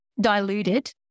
diluted